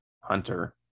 Hunter